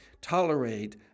tolerate